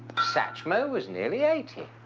satchmo was nearly eighty.